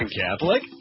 Catholic